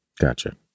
Gotcha